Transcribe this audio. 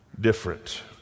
different